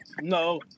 no